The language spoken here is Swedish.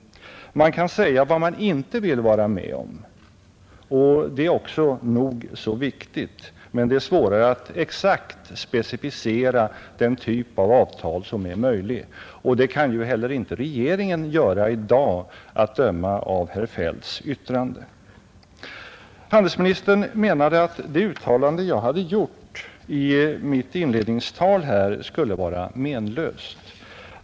Man kan säga vad man inte vill vara med om, och det är viktigt, men det är svårare att exakt specificera den typ av avtal som är möjlig. Det kan ju inte heller regeringen göra i dag, att döma av herr Feldts yttrande. Handelsministern ansåg att det uttalande som jag gjorde i mitt inledningsanförande var menlöst.